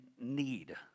need